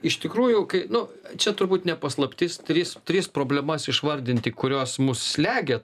iš tikrųjų kai nu čia turbūt ne paslaptis trys tris problemas išvardinti kurios mus slegia